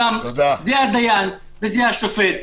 אותם זה הדיין וזה השופט,